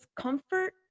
comfort